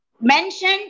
mentioned